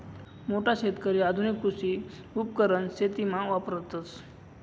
मोठा शेतकरी आधुनिक कृषी उपकरण शेतीमा वापरतस